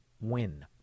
win